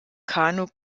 kanu